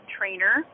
Trainer